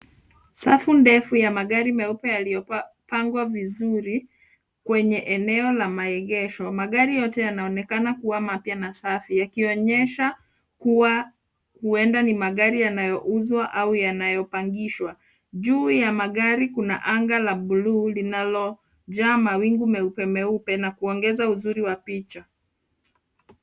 Safu ndefu ya magari meupe yaliyopangwa vizuri kwenye eneo la maegesho. Magari yote yanaonekana kuwa mapya na safi, yakionyesha kuwa huenda ni magari yanayouzwa au yanayopangishwa. Juu ya magari kuna anga la blue linalojaa mawingu meupe meupe na kuongeza uzuri wa picha.